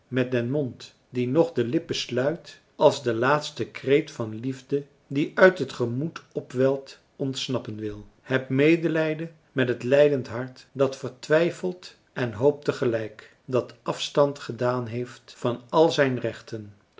met den mond die nog de lippen sluit als de laatste kreet van liefde die uit het gemoed opwelt ontsnappen wil heb medelijden met het lijdend hart dat vertwijfelt en hoopt tegelijk dat afstand gedaan heeft van al zijn rechten